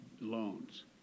loans